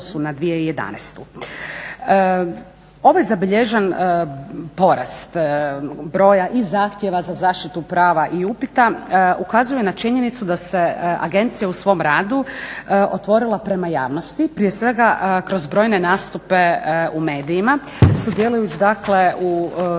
Ovaj zabilježen porast broja i zahtjeva za zaštitu prava i upita ukazuje na činjenicu da se agencija u svom radu otvorila prema javnosti, prije svega kroz brojne nastupe u medijima, sudjelujući dakle u